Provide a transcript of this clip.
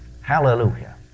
Hallelujah